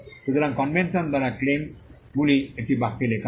সুতরাং কনভেনশন দ্বারা ক্লেম গুলি একটি বাক্যে লেখা হয়